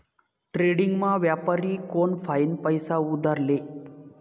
डेट्रेडिंगमा व्यापारी कोनफाईन पैसा उधार ले